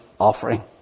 offering